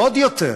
עוד יותר,